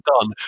done